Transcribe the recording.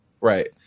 Right